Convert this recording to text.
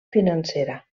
financera